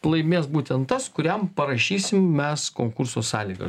laimės būtent tas kuriam parašysim mes konkurso sąlygas